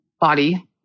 body